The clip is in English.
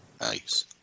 Nice